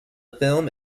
film